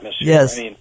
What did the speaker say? Yes